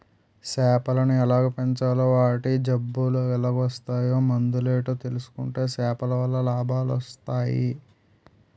సేపలను ఎలాగ పెంచాలో వాటి జబ్బులెలాగోస్తాయో మందులేటో తెలుసుకుంటే సేపలవల్ల లాభాలొస్టయి